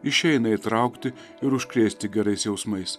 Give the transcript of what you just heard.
išeina įtraukti ir užkrėsti gerais jausmais